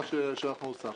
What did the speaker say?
מה שאנחנו הוספנו.